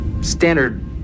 Standard